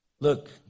Look